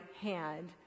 hand